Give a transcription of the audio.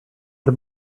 the